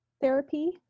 therapy